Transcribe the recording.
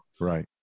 Right